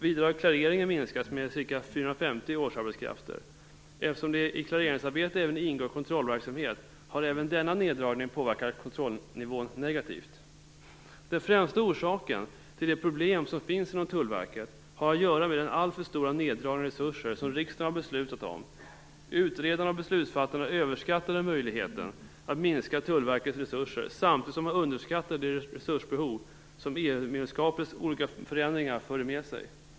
Vidare har klareringen minskats med ca 450 årsarbetskrafter. Eftersom det i klareringsarbete även ingår kontrollverksamhet har även denna neddragning påverkat kontrollnivån negativt. Den främsta orsaken till de problem som finns inom Tullverket har att göra med den alltför stora neddragning av resurser som riksdagen har beslutat om. Utredarna och beslutsfattarna överskattade möjligheten att minska Tullverkets resurser samtidigt som man underskattade de resursbehov som olika förändringar i samband med EU-medlemskapet förde med sig.